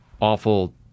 awful